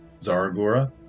Zaragora